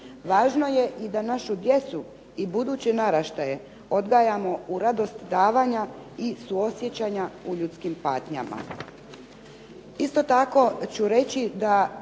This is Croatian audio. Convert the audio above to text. Važno je i da našu djecu i buduće naraštaje odgajamo u radost davanja i suosjećanja u ljudskim patnjama. Isto tako ću reći da